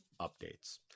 updates